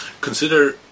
consider